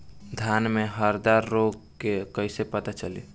धान में हरदा रोग के कैसे पता चली?